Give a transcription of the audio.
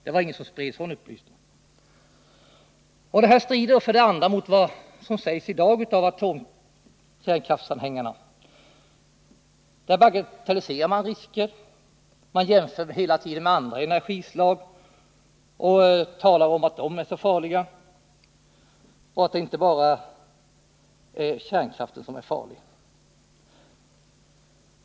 Det var ingen som spred sådan upplysning. Detta strider vidare också mot vad som i dag sägs från kärnkraftsanhängarnas håll. Där bagatelliserar man riskerna, framhåller att det inte bara är kärnkraften som är farlig utan jämför hela tiden med andra energislags skadlighet.